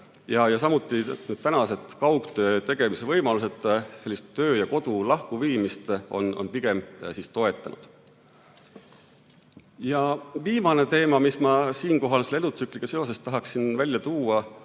Samuti on tänapäevased kaugtöö tegemise võimalused töö ja kodu lahkuviimist pigem toetanud. Viimane teema, mis ma siinkohal selle elutsükliga seoses tahaksin välja tuua,